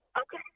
Okay